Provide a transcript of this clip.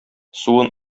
суын